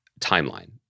timeline